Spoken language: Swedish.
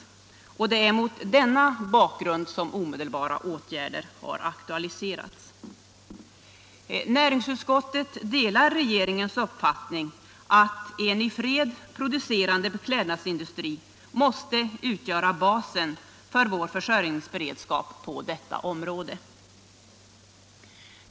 Det är mot denna bakgrund som omedelbara åtgärder har aktualiserats. Näringsutskottet delar regeringens uppfattning att en i fred producerande beklädnadsindustri måste utgöra basen för vår försörjningsberedskap på detta område.